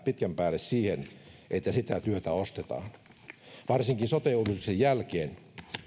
pitkän päälle siihen että sitä työtä ostetaan varsinkin sote uudistuksen jälkeen